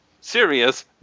serious